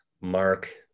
Mark